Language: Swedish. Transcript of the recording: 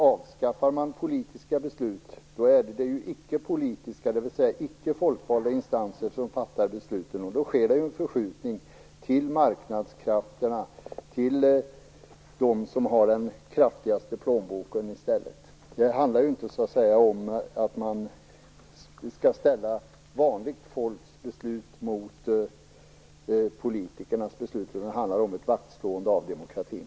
Avskaffar man politiska beslut är det ju icke-politiska, dvs. icke folkvalda, instanser som fattar besluten, och då sker det en förskjutning till marknadskrafterna, till dem som har den kraftigaste plånboken. Det handlar inte om att ställa vanligt folks beslut mot politikernas beslut, utan det handlar om att slå vakt om demokratin.